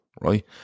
right